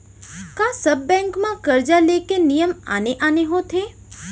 का सब बैंक म करजा ले के नियम आने आने होथे?